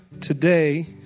Today